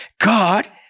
God